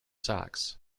socks